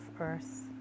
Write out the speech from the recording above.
earth